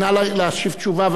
נא להשיב תשובה,